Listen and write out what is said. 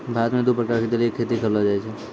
भारत मॅ दू प्रकार के जलीय खेती करलो जाय छै